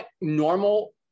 Normal